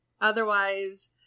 otherwise